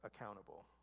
accountable